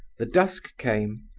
the dusk came,